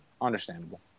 Understandable